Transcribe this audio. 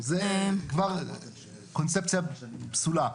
זו כבר קונצפציה פסולה.